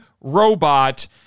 robot